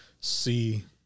see